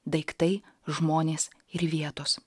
daiktai žmonės ir vietos